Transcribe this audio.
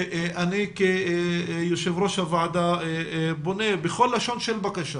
ואני כיושב-ראש הוועדה פונה בכל לשון של בקשה